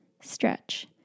Stretch